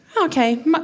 Okay